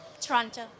Toronto